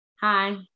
Hi